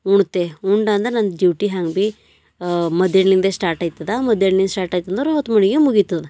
ಉಣ್ತೇ ಉಂಡ ಅಂದ್ರೆ ನನ್ನ ಡ್ಯೂಟಿ ಹೆಂಗೆ ಭೀ ಮಧ್ಯಾಹ್ನದಿಂದ ಸ್ಟಾರ್ಟ್ ಆಯ್ತದೆ ಮಧ್ಯಾಹ್ನದಿಂದ್ ಸ್ಟಾರ್ಟ್ ಆಯ್ತು ಅಂದ್ರೆ ಹೊತ್ತು ಮುಳುಗಿಗೆ ಮುಗೀತದೆ